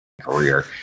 career